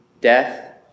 death